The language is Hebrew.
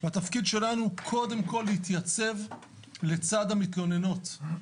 התפקיד שלנו הוא קודם כול להתייצב לצד המתלוננות,